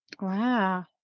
Wow